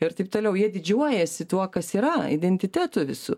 ir taip toliau jie didžiuojasi tuo kas yra identitetu visur